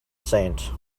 saint